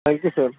thank you sir